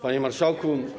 Panie Marszałku!